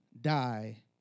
die